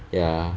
ya